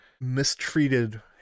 mistreated